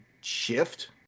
shift